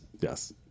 yes